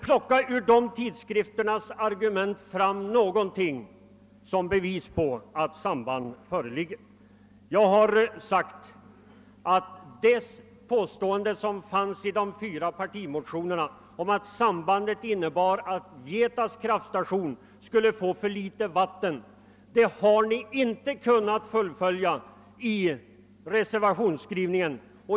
Piocka då ur dessa tidskrifterna fram argument som bevis för att samband föreligger. Jag har sagt att påståendet i de fyra partimotionerna om att sambandet innebär att Vietas kraftstation skulle få för litet vatten om Ritsem byggdes har ni inte kunnat fasthålla vid i reservationen.